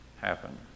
happen